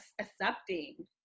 accepting